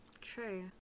True